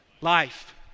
Life